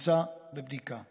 נפגעי האסון